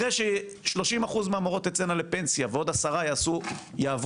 אחרי ש-30% מהמורות תצאנה לפנסיה ועוד עשרה יעברו,